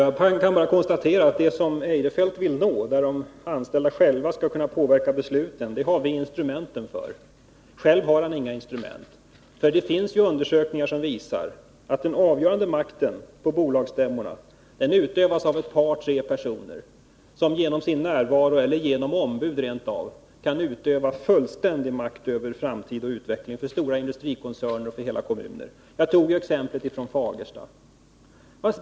Herr talman! Jag kan bara konstatera att vad Christer Eirefelt ville nå, nämligen att de anställda själva skall kunna påverka besluten, har vi i vpk föreslagit att man skall skapa instrumenten för. Själv har han inga instrument. Men gjorda undersökningar visar att den avgörande makten på bolagsstämman utövas av ett par tre personer, som genom sin närvaro eller rent av genom ombud kan utöva fullständig makt över framtid och utveckling för stora industrikoncerner och för hela kommuner. Jag tog ett exempel från Fagersta.